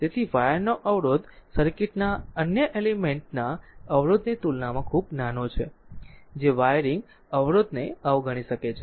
તેથી વાયરનો અવરોધ સર્કિટના અન્ય એલિમેન્ટ ના અવરોધની તુલનામાં ખૂબ નાનો છે જે વાયરિંગ અવરોધને અવગણી શકે છે